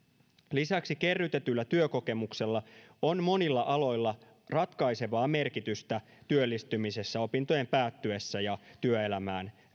lisäksi kerrytetyllä työkokemuksella on monilla aloilla ratkaisevaa merkitystä työllistymisessä opintojen päättyessä ja työelämään